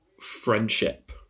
friendship